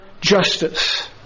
justice